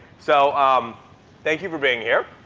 so um thank you for being here.